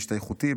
בהשתייכותי,